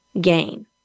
gain